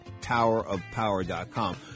TowerofPower.com